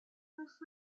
公司